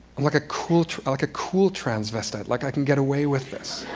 like a cool like a cool transvestite. like i can get away with this.